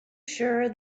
sure